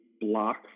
block